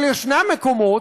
אבל ישנם מקומות,